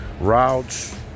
routes